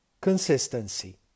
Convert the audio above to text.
Consistency